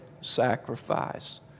sacrifice